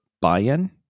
buy-in